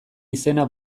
izena